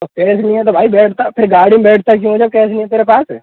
तो कैस नहीं है तो भाई बैठता फिर गाड़ी में बैठता क्यों है जब कैस नहीं है तेरे पास